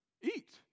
eat